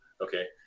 okay